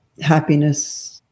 happiness